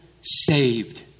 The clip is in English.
saved